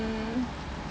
mm